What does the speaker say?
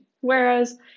Whereas